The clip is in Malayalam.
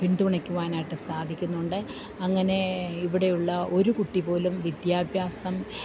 പിന്തുണയ്ക്കുവാനായിട്ടു സാധിക്കുന്നുണ്ട് അങ്ങനെ ഇവിടെയുള്ള ഒരു കുട്ടി പോലും വിദ്യാഭ്യാസം